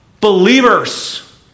believers